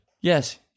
Yes